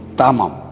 tamam